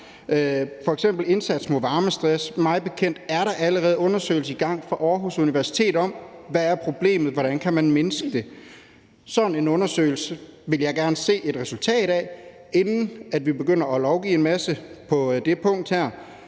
f.eks. en indsats mod varmestress. Mig bekendt er der allerede undersøgelser i gang ved Aarhus Universitet om, hvad problemet er, og hvordan man kan mindske det. Sådan en undersøgelse vil jeg gerne se et resultat af, inden vi begynder at lovgive en masse på det punkt. Der